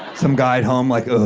some guy at home like, ah